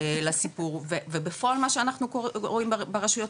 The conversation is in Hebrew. לסיפור ובפועל מה שאנחנו רואים ברשויות,